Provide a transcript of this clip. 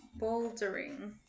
Bouldering